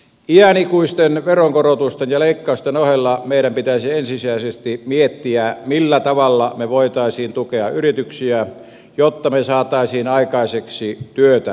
iänikuisten veronkorotusten ja leikkausten ohella meidän pitäisi ensisijaisesti miettiä millä tavalla me voisimme tukea yrityksiä jotta me saisimme aikaiseksi työtä ja kasvua